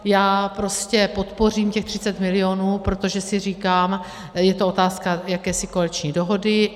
Já prostě podpořím těch 30 milionů, protože si říkám, je to otázka jakési koaliční dohody.